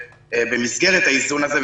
שבמסגרת האיזון הזה,